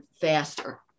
faster